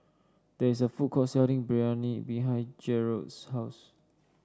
there is a food court selling Biryani behind Jerod's house